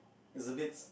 it's abit